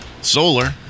solar